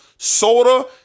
Soda